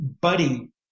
buddy